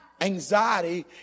Anxiety